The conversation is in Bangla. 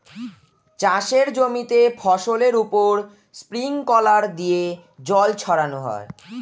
চাষের জমিতে ফসলের উপর স্প্রিংকলার দিয়ে জল ছড়ানো হয়